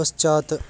पश्चात्